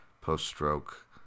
post-stroke